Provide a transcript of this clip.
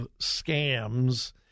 scams